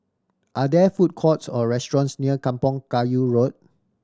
are there food courts or restaurants near Kampong Kayu Road